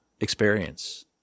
experience